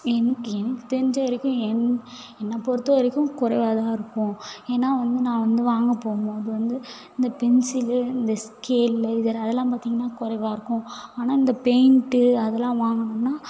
என்னை எனக்கு தெரிஞ்ச வரைக்கும் என்னை என்னை பொறுத்த வரைக்கும் குறைவாதான் இருக்கும் ஏன்னா வந்து நான் வந்து வாங்க போகும்போது வந்து இந்த பென்சிலு இந்த ஸ்கேலு இதில் அதல்லாம் பார்த்திங்கன்னா குறைவா இருக்கும் ஆனால் இந்த பெயிண்ட்டு அதல்லாம் வாங்கணும்னா